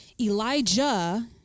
Elijah